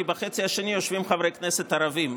כי בחצי השני יושבים חברי כנסת ערבים.